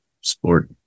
sport